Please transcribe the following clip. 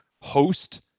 host